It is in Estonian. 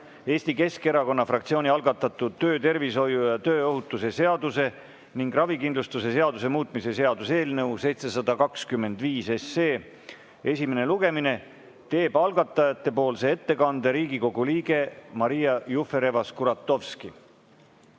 Eesti Keskerakonna fraktsiooni algatatud töötervishoiu ja tööohutuse seaduse ning ravikindlustuse seaduse muutmise seaduse eelnõu 725 esimene lugemine, teeb algatajatepoolse ettekande Riigikogu liige Maria Jufereva-Skuratovski.